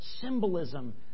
symbolism